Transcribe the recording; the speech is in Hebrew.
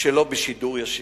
שלו בשידור ישיר.